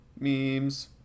Memes